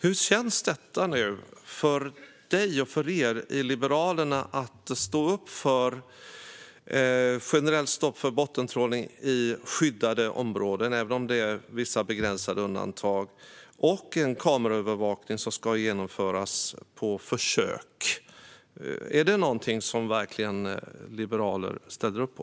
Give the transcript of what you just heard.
Hur känns det för dig och för er i Liberalerna att stå upp för ett generellt stopp för bottentrålning i skyddade områden, även om det är med vissa begränsade undantag, och en kameraövervakning som ska genomföras på försök? Är det verkligen något som liberaler ställer upp på?